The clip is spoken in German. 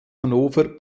hannover